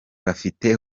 bafite